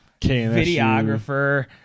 videographer